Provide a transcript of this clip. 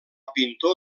pintor